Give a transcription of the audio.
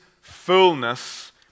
fullness